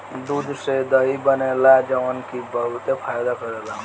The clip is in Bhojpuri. दूध से दही बनेला जवन की बहुते फायदा करेला